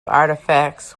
artefacts